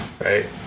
right